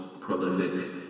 prolific